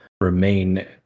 remain